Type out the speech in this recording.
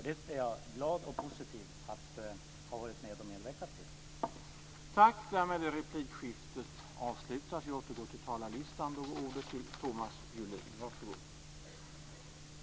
Jag är glad och positiv till att ha varit med och medverkat till detta.